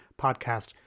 Podcast